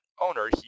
owner